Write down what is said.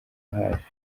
hafi